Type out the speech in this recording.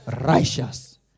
righteous